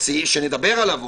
שנדבר עליו עוד,